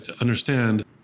understand